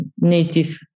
native